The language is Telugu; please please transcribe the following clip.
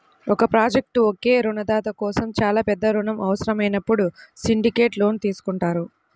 ఒక ప్రాజెక్ట్కు ఒకే రుణదాత కోసం చాలా పెద్ద రుణం అవసరమైనప్పుడు సిండికేట్ లోన్ తీసుకుంటారు